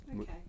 Okay